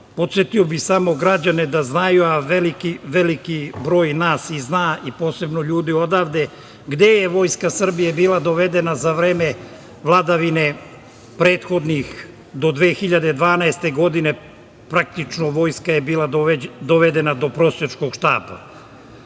podsetio bih samo građane da znaju, a veliki broj nas i zna, posebno ljudi odavde, gde je Vojska Srbije bila dovedena za vreme vladavine prethodnih, do 2012. godine praktično Vojska Srbije je bila dovedena do prosjačkog štapa. Šta